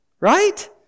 Right